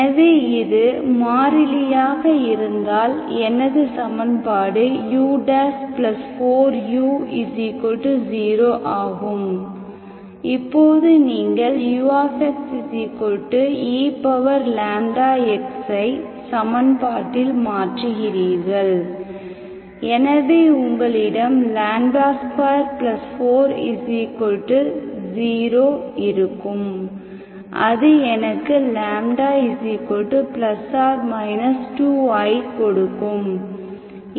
எனவே இது மாறிலியாக இருந்தால் எனது சமன்பாடு u4u 0ஆகும் இப்போது நீங்கள் uxeλx ஐ சமன்பாட்டில் மாற்றுகிறீர்கள் எனவே உங்களிடம் 24 0 இருக்கும் அது எனக்கு λ ± 2i கொடுக்கும்